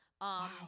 Wow